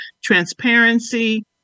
Transparency